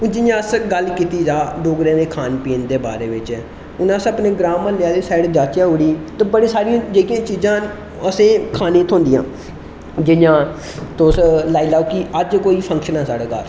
जि'यां हून गल्ल कीती जाए डोगंरे दे खान पीन दे बारे बिच्च हून अस अपने ग्रां म्हल्ले आहली साइड जाह्चै उठी ते बड़ी सारियां जेह्कियां चीज़ां ना ओह् असें खाने पीने गी थ्होंदियां जि'यां तुस लेई लेओ कि अज्ज कोई फंक्शन ऐ साढ़े घर